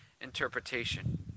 interpretation